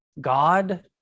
God